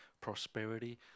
prosperity